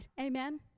Amen